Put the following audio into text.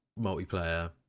Multiplayer